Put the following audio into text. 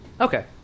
Okay